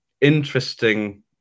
interesting